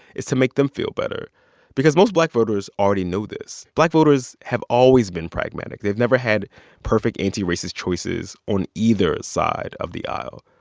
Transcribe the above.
it's to make them feel better because most black voters already know this. black voters have always been pragmatic. they've never had perfect, anti-racist choices on either side of the aisle.